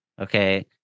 Okay